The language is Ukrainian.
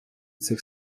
цих